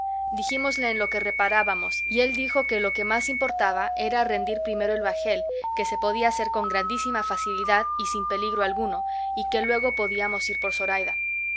dijímosle en lo que reparábamos y él dijo que lo que más importaba era rendir primero el bajel que se podía hacer con grandísima facilidad y sin peligro alguno y que luego podíamos ir por zoraida